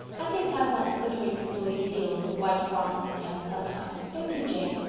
i think i want glittering snowy fields and white frosts in heaven sometimes. don't you, jane?